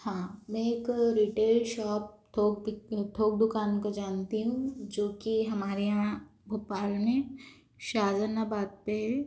हाँ मैं एक रिटेल शॉप थोक दुकान को जानती हूँ जो कि हमारे यहाँ भोपाल में सजनाबाद पे